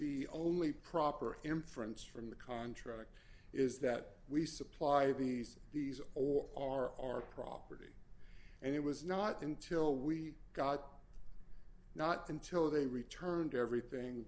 the only proper inference from the contract is that we supply these these or are our property and it was not until we got not until they returned everything